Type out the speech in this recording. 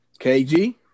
KG